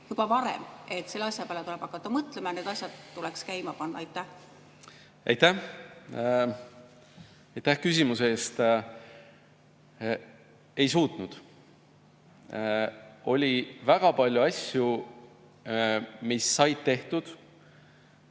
juba varem, et selle asja peale tuleb hakata mõtlema ja need asjad tuleks käima panna? Aitäh küsimuse eest! Ei suutnud. Oli väga palju asju, mis said tehtud.